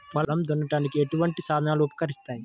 పొలం దున్నడానికి ఎటువంటి సాధనలు ఉపకరిస్తాయి?